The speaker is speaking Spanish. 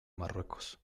marruecos